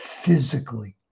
Physically